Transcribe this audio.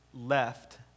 left